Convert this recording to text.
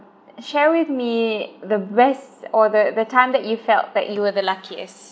share with me the best or the the time that you felt like you were the luckiest